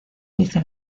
dice